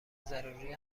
ضروری